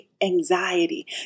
anxiety